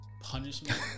punishment